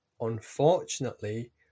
Unfortunately